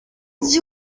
els